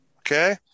Okay